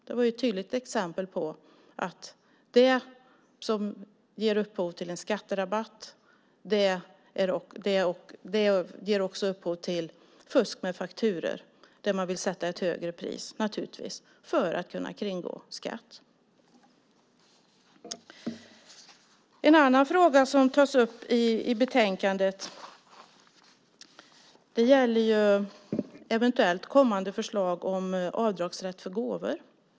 Det är ett tydligt exempel på att det som ger upphov till en skatterabatt också ger upphov till fusk med fakturor. Man vill naturligtvis sätta ett högre pris för att kunna kringgå skatt. En fråga som också tas upp i betänkandet gäller eventuellt kommande förslag om avdragsrätt för gåvor.